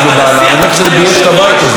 אני גם לא מת שתהיה התבוללות,